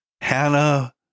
Hannah